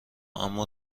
اما